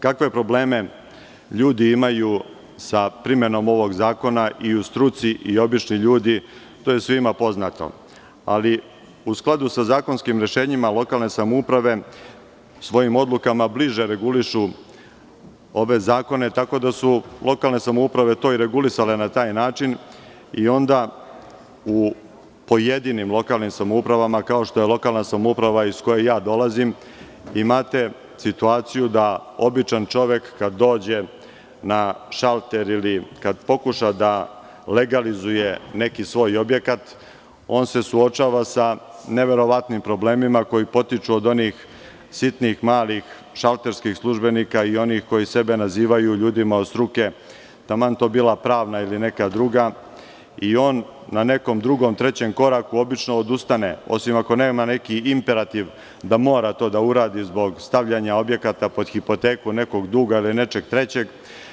Kakve probleme ljudi imaju sa primenom ovog zakona i u struci i obični ljudi, to je svima poznato, ali u skladu sa zakonskim rešenjima lokalne samouprave, svojim odlukama bliže regulišu ove zakone, tako da su lokalne samouprave to i regulisale na taj način i onda u pojedinim lokalnim samoupravama, kao što u lokalnoj samoupravi iz koje dolazim imate situaciju da običan čovek kada dođe na šalter ili kad pokuša da legalizuje neki svoj objekat, on se suočava sa neverovatnim problemima koji potiču od onih sitnih malih šalterskih službenika i onih koji sebe nazivaju ljudima od struke, taman to bila pravna ili neka druga i on na nekom drugom, trećem koraku obično odustane, osim ako nema neki imperativ da mora to da uradi zbog stavljanja objekata pod hipoteku, nekog duga ili nečeg trećeg.